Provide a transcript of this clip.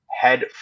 head